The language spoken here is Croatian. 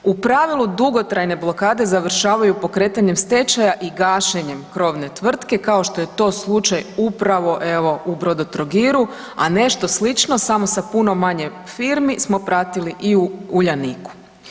U pravilu dugotrajne blokade završavaju pokretanjem stečaja i gašenjem krovne tvrtke kao što je to slučaj upravo evo u Brodotrogiru, a nešto slično samo sa puno manje firmi smo pratili i u Uljaniku.